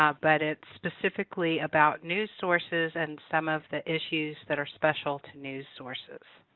ah but it's specifically about news sources and some of the issues that are special to news sources.